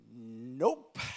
Nope